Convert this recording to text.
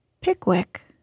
Pickwick